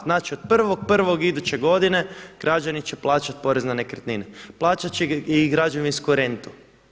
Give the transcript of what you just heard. Znači od 1.1. iduće godine građani će plaćati porez na nekretnine Plaćat će i građevinsku rentu.